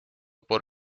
por